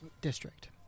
district